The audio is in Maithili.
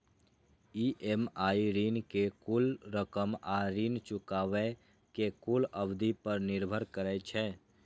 ई.एम.आई ऋण के कुल रकम आ ऋण चुकाबै के कुल अवधि पर निर्भर करै छै